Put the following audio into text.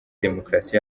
demokarasi